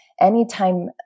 anytime